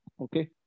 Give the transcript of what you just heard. Okay